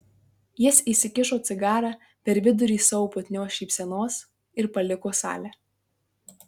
jis įsikišo cigarą per vidurį savo putnios šypsenos ir paliko salę